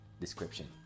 description